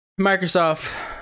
Microsoft